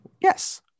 Yes